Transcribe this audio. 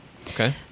Okay